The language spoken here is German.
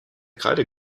kreide